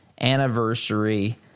anniversary